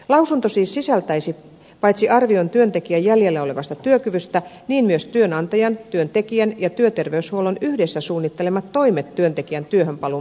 lausunto siis sisältäisi paitsi arvion työntekijän jäljellä olevasta työkyvystä myös työnantajan työntekijän ja työterveyshuollon yhdessä suunnittelemat toimet työntekijän työhönpaluun mahdollistamiseksi